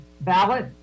ballot